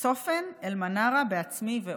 צופן, אלמנארה ובעצמי.